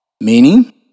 Meaning